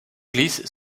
glisse